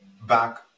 back